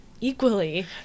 equally